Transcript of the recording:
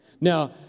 Now